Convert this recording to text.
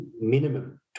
minimum